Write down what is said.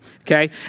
okay